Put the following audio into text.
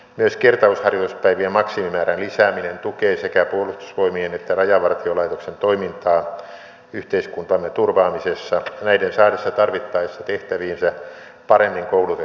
myös kertausharjoituspäivien maksimimäärän lisääminen tukee sekä puolustusvoimien että rajavartiolaitoksen toimintaa yhteiskuntamme turvaamisessa näiden saadessa tarvittaessa tehtäviinsä paremmin koulutettuja reserviläisiä